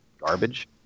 garbage